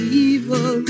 evil